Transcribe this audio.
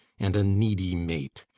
and a needy mate,